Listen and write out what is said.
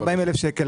זה בערך 140,000 שקל,